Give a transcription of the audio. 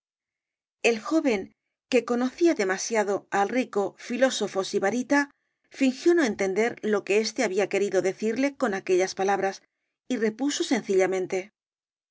el joven que conocía demasiado al rico filósofosibarita fingió no entender lo que éste había querido decirle con aquellas palabras y repuso sencillamente